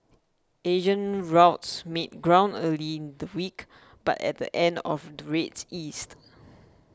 Asian routes made ground early in the week but at the end of the rates eased